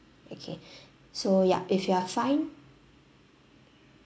okay so ya if you are fine